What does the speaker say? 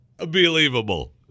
Unbelievable